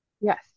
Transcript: yes